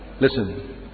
Listen